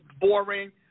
boring